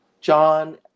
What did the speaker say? John